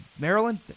Maryland